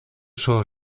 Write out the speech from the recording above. soo